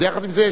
יחד עם זה,